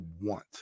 want